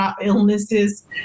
illnesses